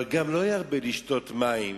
אבל גם לא ירבה לשתות מים